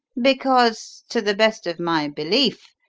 because, to the best of my belief,